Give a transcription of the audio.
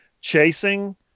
chasing